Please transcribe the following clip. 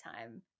time